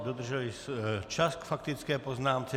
Dodržel i čas k faktické poznámce.